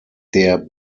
der